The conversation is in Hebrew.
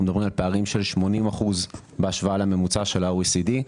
אנחנו מדברים על פערים של 80% בהשוואה לממוצע של ה-OECD.